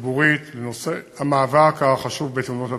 הציבורית לנושא המאבק החשוב בתאונות הדרכים.